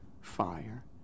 fire